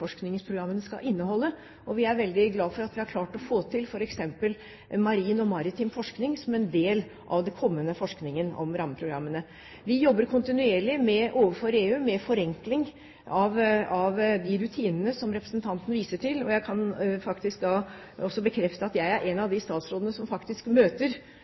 skal inneholde. Vi er veldig glad for at vi har klart å få til f.eks. marin og maritim forskning som en del av den kommende forskningen om rammeprogrammene. Vi jobber kontinuerlig overfor EU med forenkling av de rutinene som representanten viser til, og jeg kan også bekrefte at jeg er en av de statsrådene som faktisk møter